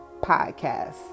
Podcast